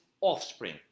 offspring